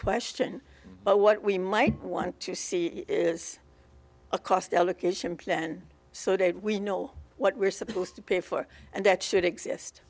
question but what we might want to see is a cost allocation plan so that we know what we're supposed to pay for and that should exist